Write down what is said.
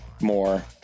more